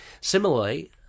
Similarly